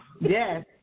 Yes